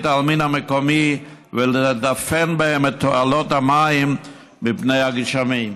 העלמין המקומי ולדפן בהן את תעלות המים מפני הגשמים.